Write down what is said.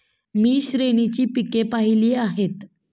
मी श्रेणीची पिके पाहिली आहेत